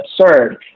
absurd